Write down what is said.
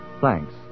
Thanks